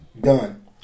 done